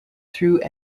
through